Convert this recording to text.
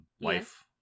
life